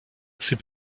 ces